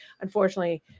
unfortunately